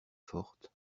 forte